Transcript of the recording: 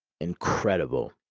Incredible